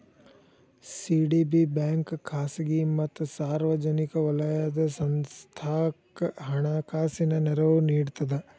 CDB bank ಖಾಸಗಿ ಮತ್ತ ಸಾರ್ವಜನಿಕ ವಲಯದ ಸಂಸ್ಥಾಕ್ಕ ಹಣಕಾಸಿನ ನೆರವು ನೇಡ್ತದ